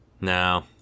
No